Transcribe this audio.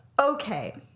Okay